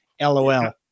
LOL